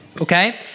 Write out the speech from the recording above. Okay